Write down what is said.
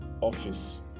office